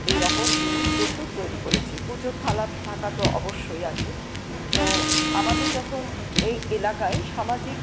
এইরকম জিনিস প্রচুর তৈরি করেছি পুজোর থালার ঢাকা তো অবশ্যই আছে তো আমাদের যখন এই এলাকায় সামাজিক